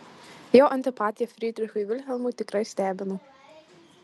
jo antipatija frydrichui vilhelmui tikrai stebina